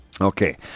Okay